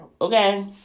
Okay